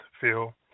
feel